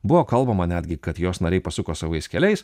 buvo kalbama netgi kad jos nariai pasuko savais keliais